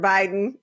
Biden